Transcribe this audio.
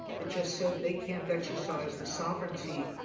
it just said they can't exercise the sovereignty.